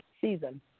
season